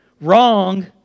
wrong